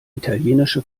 italienische